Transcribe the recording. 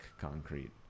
concrete